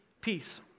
peace